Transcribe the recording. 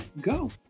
go